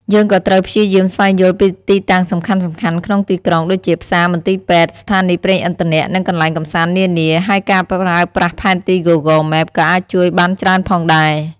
យើងក៏ត្រូវព្យាយាមស្វែងយល់ពីទីតាំងសំខាន់ៗក្នុងទីក្រុង ដូចជាផ្សារ មន្ទីរពេទ្យ ស្ថានីយ៍ប្រេងឥន្ធនៈ និងកន្លែងកម្សាន្តនានា ហើយការប្រើប្រាស់ផែនទី Google Map ក៏អាចជួយបានច្រើនផងដែរ។